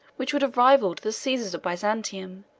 which would have rivalled the caesars of byzantium,